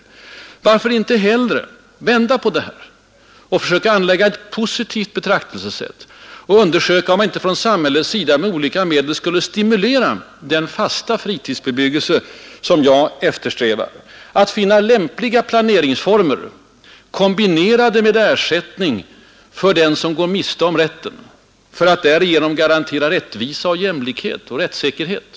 Varför inte hellre vända på resonemanget och anlägga ett positivt betraktelsesätt? Varför inte undersöka, om inte samhället med olika medel skulle kunna stimulera den fasta fritidsbebyggelse som jag eftersträvar, finna lämpliga planeringsformer, kombinerade med ersättning för dem som går miste om rätten för att därigenom garantera rättvisa, jämlikhet och rättssäkerhet?